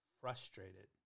frustrated